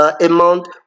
Amount